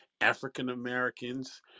African-Americans